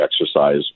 exercise